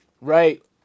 right